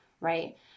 right